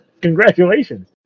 Congratulations